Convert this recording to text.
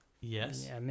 Yes